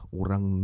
orang